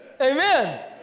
amen